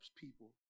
people